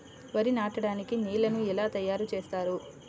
వరి నాటడానికి నేలను ఎలా తయారు చేస్తారు?